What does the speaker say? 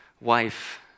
wife